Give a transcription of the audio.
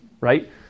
right